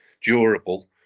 durable